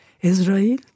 Israel